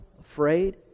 afraid